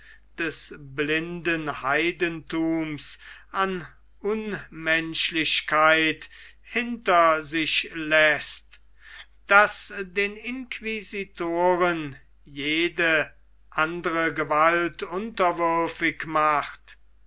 des blinden heidenthums an unmenschlichkeit hinter sich läßt das den inquisitoren jede andere gewalt unterwürfig macht